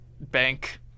bank